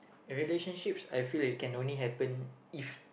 relationships I feel it can only happen